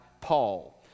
Paul